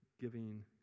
giving